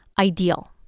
ideal